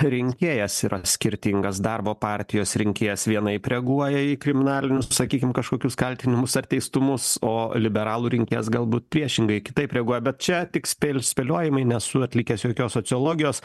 rinkėjas yra skirtingas darbo partijos rinkėjas vienaip reaguoja į kriminalinius sakykim kažkokius kaltinimus ar teistumus o liberalų rinkėjas galbūt priešingai kitaip reaguoja bet čia tik spėl spėliojimai nesu atlikęs jokios sociologijos